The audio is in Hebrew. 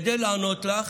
כדי לענות לך,